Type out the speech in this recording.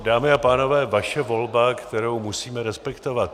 Dámy a pánové, vaše volba, kterou musíme respektovat.